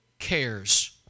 cares